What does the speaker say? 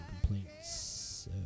complaints